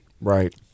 Right